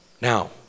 Now